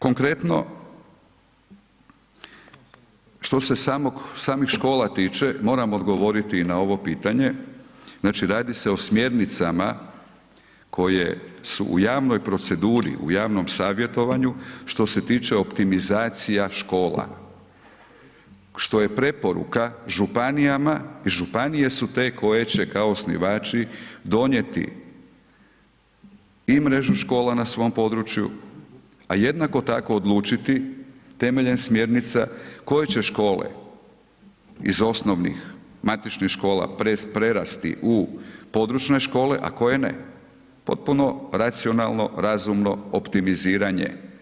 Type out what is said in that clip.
Konkretno što e samih škola tiče, moram odgovoriti i na ovo pitanje, znači radi se o smjernicama koje su u javnoj proceduri, u javnom savjetovanju što se tiče optimizacija škola, što je preporuka županijama i županije su te koje će kao osnivači donijeti i mrežu škola na svom području a jednako tako odlučiti temeljem smjernica koje će škole iz osnovnih, matičnih škola prerasti u područne škole a koje ne, potpuno racionalno, razumno optimiziranje.